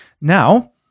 Now